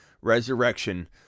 Resurrection